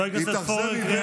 תספר לכל הנרצחים.